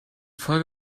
folge